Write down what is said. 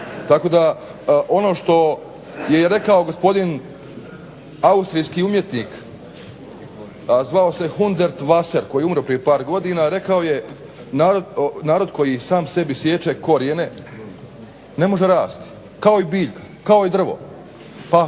Tako da ono što je rekao gospodin austrijski umjetnik a zvao se Hundert Wasser rekao je narod koji sam sebi siječe korijene ne može rasti kao i biljka, kao i drvo. Pa